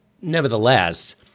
nevertheless